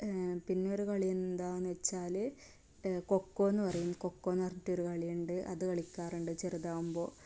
പിന്നെ ഒരു കളി എന്താണെന്ന് വെച്ചാൽ കൊക്കോയെന്ന് പറയും കൊക്കോ എന്ന് പറഞ്ഞിട്ട് ഒരു കളിയുണ്ട് അത് കളിക്കാറുണ്ട് ചെറുതാവുമ്പോൾ